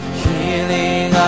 healing